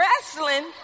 wrestling